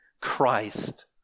Christ